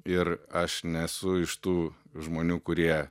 ir aš nesu iš tų žmonių kurie